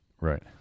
Right